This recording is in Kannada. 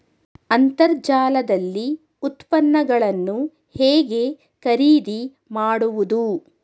ಅಂತರ್ಜಾಲದಲ್ಲಿ ಉತ್ಪನ್ನಗಳನ್ನು ಹೇಗೆ ಖರೀದಿ ಮಾಡುವುದು?